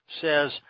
says